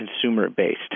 consumer-based